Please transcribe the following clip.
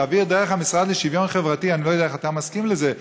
להעביר דרך המשרד לשוויון חברתי אני לא יודע איך אתה מסכים לזה.